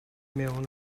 mewn